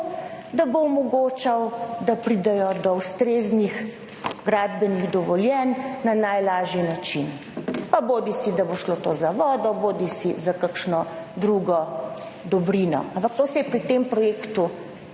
da bo omogočal, da pridejo do ustreznih gradbenih dovoljenj na najlažji način pa bodisi da bo šlo to za vodo bodisi za kakšno drugo dobrino. Ampak to se je pri tem projektu